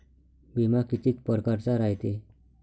बिमा कितीक परकारचा रायते?